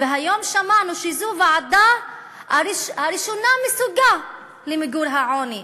והיום שמענו שזו הוועדה הראשונה מסוגה למיגור העוני.